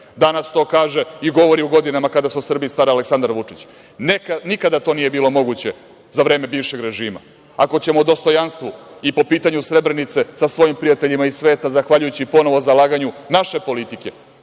Danas to kaže i govori, u godinama kada se o Srbiji stara Aleksandar Vučić. Nikada to nije bilo moguće za vreme bivšeg režima. Ako ćemo o dostojanstvu i po pitanju Srebrenice, sa svojim prijateljima iz sveta, zahvaljujući ponovo zalaganju naše politike,